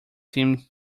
seemed